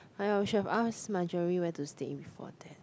!aiya! we should have ask my driver where to stay before that